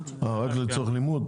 לצורך לימוד?